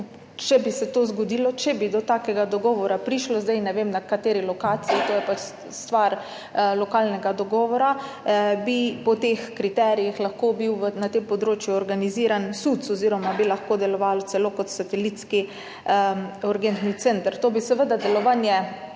Če bi se to zgodilo, če bi prišlo do takega dogovora, zdaj ne vem, na kateri lokaciji, to je pač stvar lokalnega dogovora, bi po teh kriterijih lahko bil na tem področju organiziran SUC oziroma bi lahko delovali celo kot satelitski urgentni center. To bi seveda delovanje